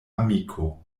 amiko